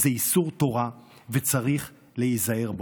זה איסור תורה, וצריך להיזהר בו.